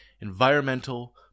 environmental